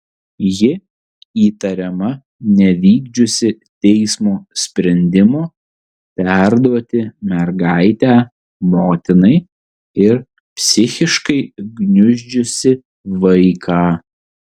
ji įtariama nevykdžiusi teismo sprendimo perduoti mergaitę motinai ir psichiškai gniuždžiusi vaiką